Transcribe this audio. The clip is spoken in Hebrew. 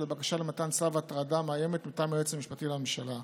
ולבקשה למתן צו הטרדה מאיימת מטעם היועץ המשפטי לממשלה.